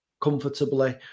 comfortably